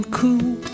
cool